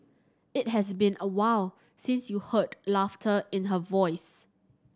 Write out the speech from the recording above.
it has been awhile since you heard laughter in her voice